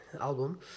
album